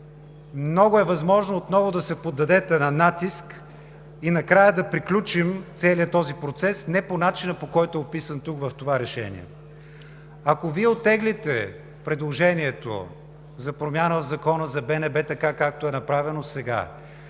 много е възможно отново да се поддадете на натиск и накрая да приключим целия този процес не по начина, по който е описан тук, в това решение. Ако Вие оттеглите предложението за промяна в Закона за БНБ, както е направено сега,